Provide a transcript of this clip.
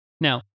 now